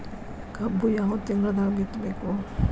ಕಬ್ಬು ಯಾವ ತಿಂಗಳದಾಗ ಬಿತ್ತಬೇಕು?